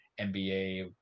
NBA